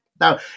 Now